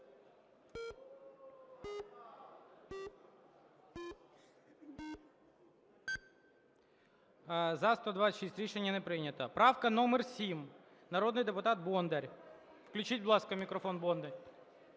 126. Рішення не прийнято. Правка номер 7, народний депутат Бондар. Включіть, будь ласка, мікрофон Бондар.